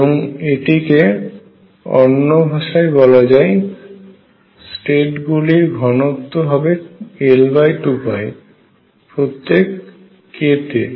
এবং এটিকে অন্য ভাষায় বলা যায় স্টেট গুলির ঘনত্ব হবে L2 প্রত্যেক k তে